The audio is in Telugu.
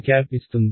n ఇస్తుంది